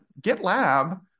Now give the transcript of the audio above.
GitLab